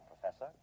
Professor